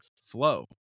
flow